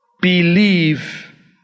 Believe